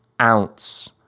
ounce